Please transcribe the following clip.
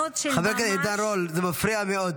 חבר הכנסת עידן רול, זה מפריע מאוד.